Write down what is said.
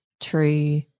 true